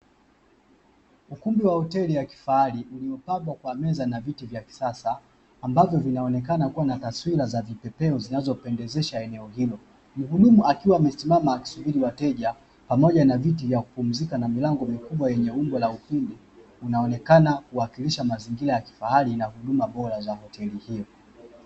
Ukumbi wa hoteli ya kifahari uliopambwwa kwa meza na viti vya kisasa, ambavyo vinaonekana kuwa na taswira ya vipepeo vinavyopendezesha eneo hilo, muhudumu akiwa amesimama akisubiri wateja pamoja na viti vya kupumzika, na milango mikubwa yenye umbo la ufundi unaonekana kuwakilisha mazingira ya kifahari, na huduma bora za hoteli hiyo.